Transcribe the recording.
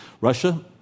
Russia